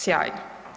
Sjajno.